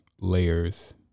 layers